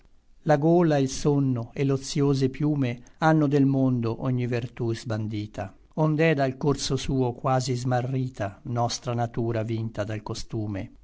la gola e l sonno et l'otïose piume ànno del mondo ogni vertú sbandita ond'è dal corso suo quasi smarrita nostra natura vinta dal costume